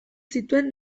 zituen